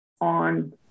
on